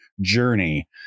journey